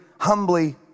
humbly